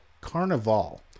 Carnival